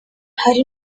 hari